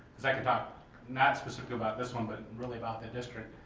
like and not specific about this one but really about the district,